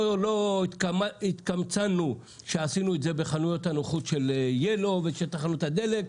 לא התקמצנו כשעשינו את זה בחנויות הנוחות של ילו ושל תחנות הדלק,